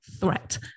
threat